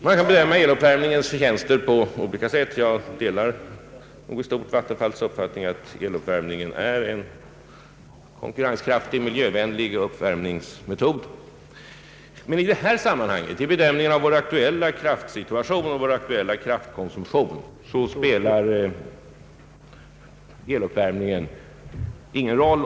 Man kan bedöma eluppvärmningens förtjänster på olika sätt, och jag delar i stort Vattenfalls uppfattning att eluppvärmning är en konkurrenskraftig och miljövänlig uppvärmningsmetod. Men i detta sammanhang, vid bedömningen av vår aktuella kraftsituation och kraftkonsumtion, spelar eluppvärmningen ingen roll.